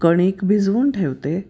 कणिक भिजवून ठेवते